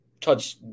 touch